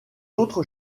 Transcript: autres